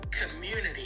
community